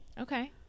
Okay